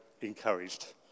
encouraged